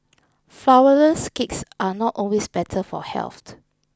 Flourless Cakes are not always better for health